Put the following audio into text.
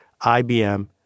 IBM